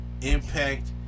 Impact